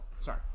sorry